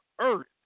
earth